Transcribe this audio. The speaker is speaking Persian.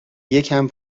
یکم